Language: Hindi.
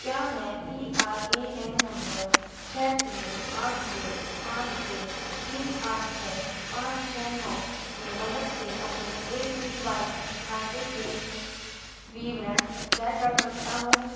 क्या मैं P R A N number छः तीन आठ एक पाँच एक तीन आठ छः पाँच छः नौ की मदद से अपने ए पी वाई खाते के विवरण चेक कर सकता हूँ